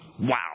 Wow